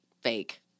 fake